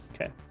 okay